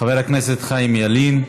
חבר הכנסת חיים ילין.